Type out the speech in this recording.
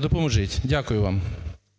допоможіть. Дякую вам.